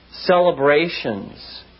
celebrations